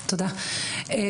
תודה, תודה אבי.